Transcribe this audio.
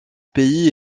pays